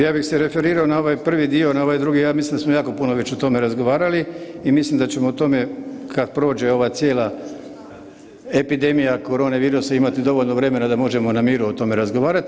Ja bi se referirao na ovaj prvi dio, na ovaj drugi ja mislim da smo jako puno već o tome razgovarali i mislim da ćemo o tome kad prođe ova cijela epidemija korone virusa imati dovoljno vremena da možemo na miru o tome razgovarati.